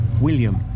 William